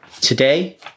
Today